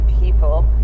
people